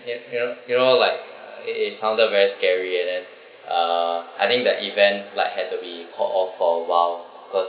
ya you know you know like uh it it sounded very scary and then uh I think the event like had to be called off for awhile cause